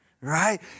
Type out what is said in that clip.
right